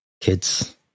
kids